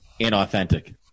inauthentic